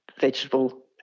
vegetable